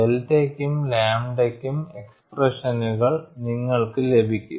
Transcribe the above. ഡെൽറ്റയ്ക്കും ലാംഡയ്ക്കും എക്സ്പ്രഷനുകൾ നിങ്ങൾക്ക് ലഭിക്കും